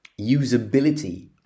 usability